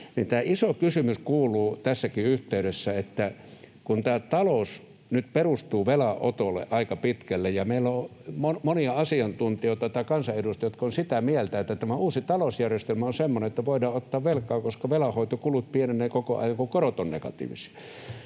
Iso kysymys tässäkin yhteydessä kuuluu, että kun talous nyt perustuu aika pitkälle velanotolle ja meillä on monia kansanedustajia, jotka ovat sitä mieltä, että tämä uusi talousjärjestelmä on semmoinen, että voidaan ottaa velkaa, koska velanhoitokulut pienevät koko ajan, kun korot ovat negatiivisia,